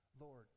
Lord